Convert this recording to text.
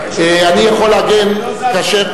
אני יכול להגן כאשר,